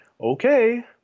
okay